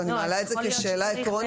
אבל אני מעלה את זה כשאלה עקרונית,